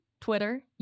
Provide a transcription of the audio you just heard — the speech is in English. Twitter